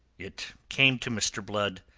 it came to mr. blood,